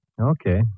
Okay